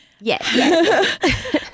Yes